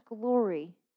glory